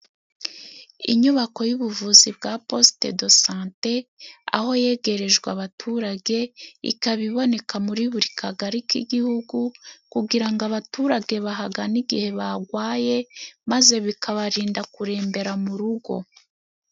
Inyubako y'ubuvuzi bwa posite de sante aho yegereje abaturage, ikaba iboneka muri buri kagari k'igihugu kugira ngo abaturage bahagane igihe bagwaye, maze bikabarinda kurembera mu rugo.